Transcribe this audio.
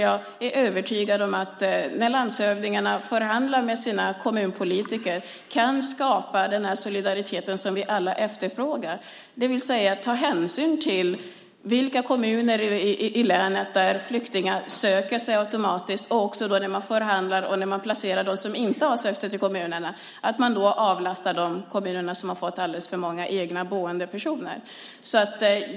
Jag är övertygad om att landshövdingarna, när de förhandlar med sina kommunpolitiker, kan skapa den solidaritet som vi alla efterfrågar, det vill säga att ta hänsyn till vilka kommuner i länet flyktingar söker sig automatiskt och var man placerar dem som inte har sökt sig till vissa kommuner. Då avlastar man de kommuner som har fått alldeles för många egna boende personer.